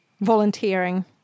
volunteering